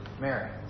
Mary